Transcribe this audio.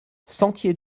sentier